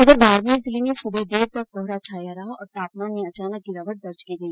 उधर बाड़मेर जिले मे सुबह देर तक कोहरा छाया रहा और तापमान में अचानक गिरावट दर्ज की गई